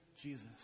Jesus